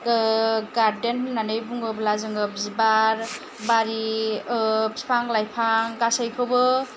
गारदेन होननानै बुङोब्ला जोङो बिबार बारि बिफां लाइफां गासैखौबो